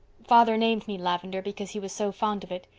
father named me lavendar because he was so fond of it.